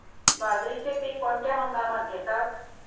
बाजरीचे पीक कोणत्या हंगामात घेतात?